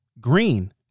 Green